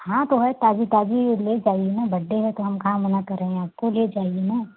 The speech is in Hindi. हाँ तो है ताजी ताजी ले जाइए ना बड्डे है तो हम कहाँ मना कर रहे हैं आपको ले जाइए ना